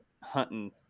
hunting